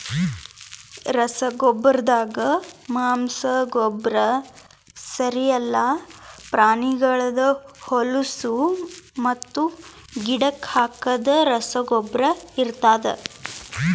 ರಸಗೊಬ್ಬರ್ದಾಗ ಮಾಂಸ, ಗೊಬ್ಬರ, ಸ್ಲರಿ ಎಲ್ಲಾ ಪ್ರಾಣಿಗಳ್ದ್ ಹೊಲುಸು ಮತ್ತು ಗಿಡಕ್ ಹಾಕದ್ ರಸಗೊಬ್ಬರ ಇರ್ತಾದ್